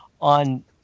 on